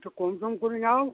একটু কমসম করে নাও